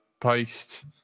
Paste